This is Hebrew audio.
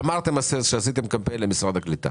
אמרתם שעשיתם קמפיין למשרד הקליטה